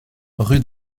rue